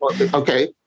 Okay